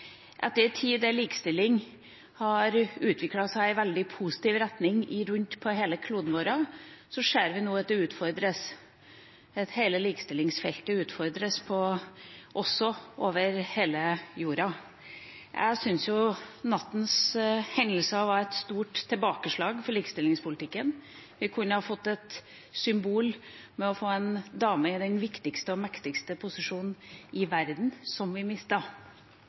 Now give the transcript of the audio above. Etter en tid da likestilling har utviklet seg i veldig positiv retning rundt om på hele kloden vår, ser vi nå at hele likestillingsfeltet utfordres over hele jorda. Jeg synes at nattens hendelser var et stort tilbakeslag for likestillingspolitikken. Man kunne ved å få en dame i den viktigste og mektigste posisjonen i verden fått et symbol, som vi